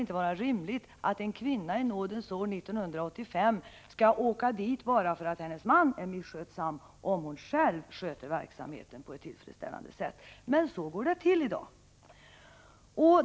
inte vara rimligt att en kvinna i nådens år 1985 skall ”åka dit” bara för att hennes man är misskötsam, om hon själv sköter verksamheten på ett tillfredsställande sätt? Men så går det till i dag.